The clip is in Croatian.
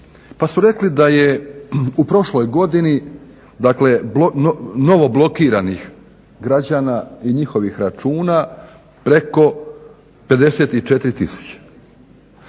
pa su rekli da je u prošloj godini dakle novo blokiranih građana i njihovih računa preko 54